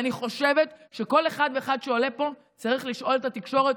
אני חושבת שכל אחד ואחד שעולה לפה צריך לשאול את התקשורת,